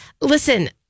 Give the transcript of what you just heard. listen